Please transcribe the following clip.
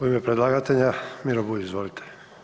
U ime predlagatelja Miro Bulj, izvolite.